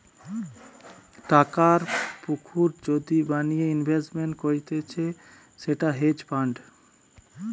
টাকার পুকুর যদি বানিয়ে ইনভেস্টমেন্ট করতিছে সেটা হেজ ফান্ড